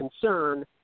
concern